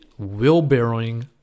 wheelbarrowing